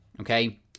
Okay